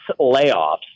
layoffs